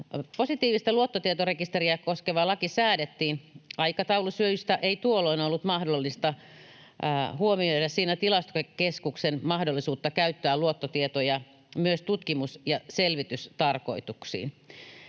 positiivista luottotietorekisteriä koskeva laki säädettiin, aikataulusyistä ei tuolloin ollut mahdollista huomioida siinä Tilastokeskuksen mahdollisuutta käyttää luottotietoja myös tutkimus- ja selvitystarkoituksiin.